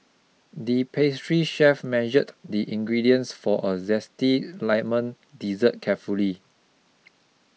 the pastry chef measured the ingredients for a zesty lemon dessert carefully